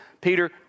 Peter